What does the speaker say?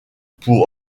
pour